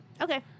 okay